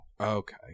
Okay